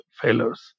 failures